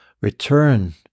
return